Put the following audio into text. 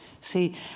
See